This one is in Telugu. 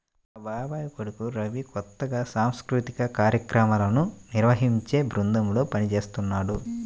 మా బాబాయ్ కొడుకు రవి కొత్తగా సాంస్కృతిక కార్యక్రమాలను నిర్వహించే బృందంలో పనిజేత్తన్నాడు